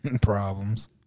problems